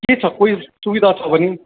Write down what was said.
के छ केही सुविधा छ भने